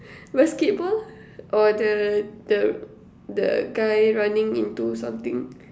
basketball or the the the guy running into something